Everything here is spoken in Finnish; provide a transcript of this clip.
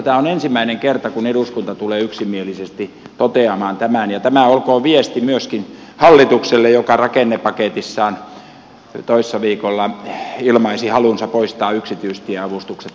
tämä on ensimmäinen kerta kun eduskunta tulee yksimielisesti toteamaan tämän ja tämä olkoon viesti myöskin hallitukselle joka rakennepaketissaan toissa viikolla ilmaisi halunsa poistaa yksityistieavustukset tulevaisuudessa kokonaan